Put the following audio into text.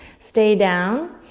stay down.